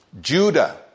Judah